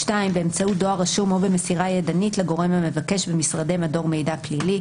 באמצעות דואר רשום או במסירה ידנית לגורם המבקש במשרדי מדור מידע פלילי,